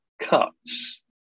cuts